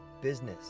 business